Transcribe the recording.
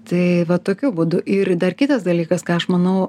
tai va tokiu būdu ir dar kitas dalykas ką aš manau